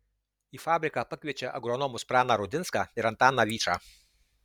į fabriką pakviečia agronomus praną rudinską ir antaną vyčą